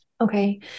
okay